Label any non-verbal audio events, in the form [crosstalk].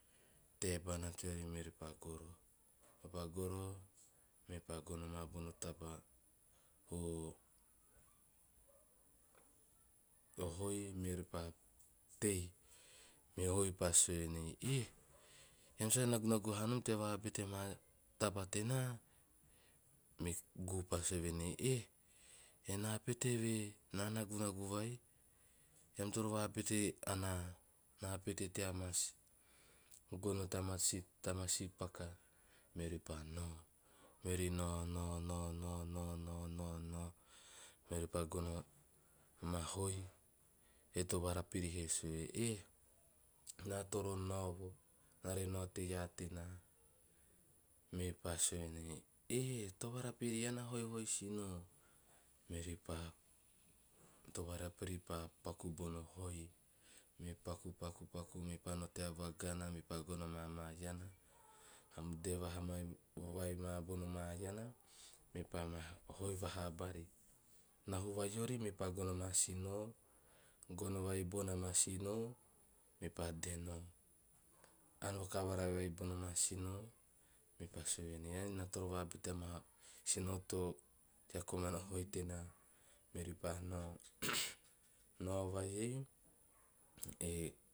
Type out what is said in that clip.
Tebana teori meori pa goroho mepa goroho mepa gono maa tabaa o- o hoi meori pa tei meo hoi pa sue nei, "eh en sa nagunagu ha nom te vabe tema taba tena", me gu pa sue venei, "eh ena pete ve na nagunagu vai, ean toro va pete ana va pete teamas, gono tama sii- tama sii paka." Meori pa nao, meori nao nao nao nao nao nao nao nao, meori pa gono amaa hoi. E tovara piri hee sue, "eh na toro naovo, naare nao te iaa tena." Me pa sue nei, "eh tovarapiri ean a hoihoi sinoo." Meori paa, e tovarapiri pa paku bono hoi, mee paku paku paku meepa nao tea vagana mepa gono mama iana, dee vaha mai maa bona ma iana, mepa ma hoi vahaa bari. Nahu vai ori mepa gono amaa sinoo, gono vai bona ma sino mepa teno, "a no kavara vei bona ma sino, me pa sue nei na toro vabete ama sino to, tea komana hoi tena." Meori pa nao, [noise] nao va ei eh